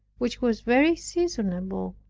which was very seasonable.